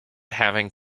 having